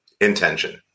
intention